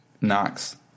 Knox